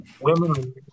women